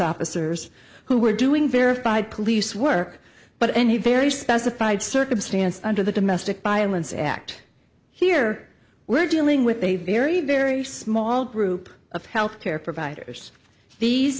officers who were doing verified police work but any very specified circumstance under the domestic violence act here we're dealing with a very very small group of health care providers these